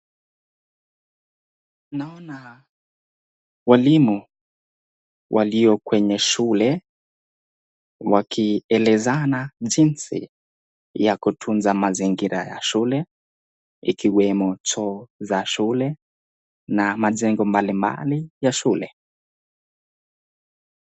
Naona walimu walio kwenye shule wakielezana jinsi ya kutunza mazingira ya shule, ikiwemo choo za shule na majengo mbalimbali ya shule.